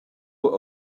were